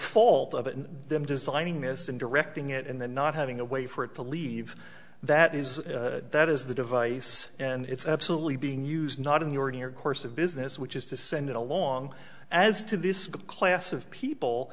fault of them designing this and directing it and then not having a way for it to leave that is that is the device and it's absolutely being used not in the ordinary course of business which is to send it along as to this class of people